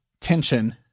tension